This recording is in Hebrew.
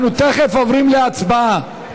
אנחנו תכף עוברים להצבעה.